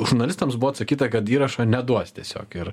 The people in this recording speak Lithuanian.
žurnalistams buvo atsakyta kad įrašo neduos tiesiog ir